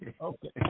okay